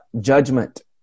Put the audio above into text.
Judgment